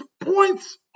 points